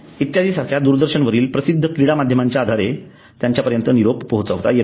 इत्यादी सारख्या दूरदर्शन वरील प्रसिद्ध क्रीडा माध्यमाच्या आधारे त्यांच्या पर्यंत निरोप पोहचवता येतो